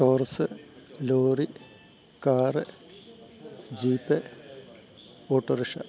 Taurus lorry car jeep autorickshaw